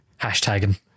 Hashtagging